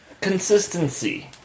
consistency